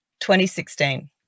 2016